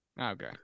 Okay